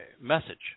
message